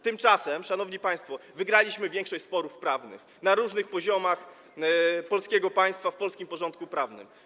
Tymczasem, szanowni państwo, wygraliśmy większość sporów prawnych na różnych poziomach państwa polskiego w polskim porządku prawnym.